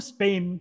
Spain